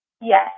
Yes